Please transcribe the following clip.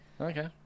Okay